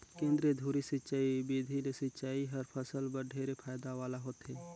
केंद्रीय धुरी सिंचई बिधि ले सिंचई हर फसल बर ढेरे फायदा वाला होथे